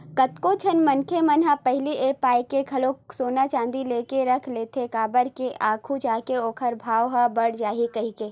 कतको झन मनखे मन ह पहिली ए पाय के घलो सोना चांदी लेके रख लेथे काबर के आघू जाके ओखर भाव ह बड़ जाही कहिके